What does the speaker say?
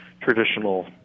traditional